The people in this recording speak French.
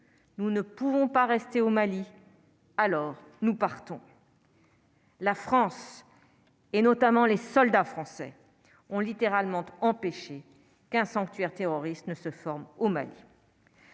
nous ne pouvons pas rester au Mali, alors nous partons. La France et notamment les soldats français ont littéralement empêcher qu'un sanctuaire terroriste ne se forme au Mali.